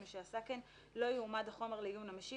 ומשעשה כן לא יועמד החומר לעיון המשיב